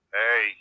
hey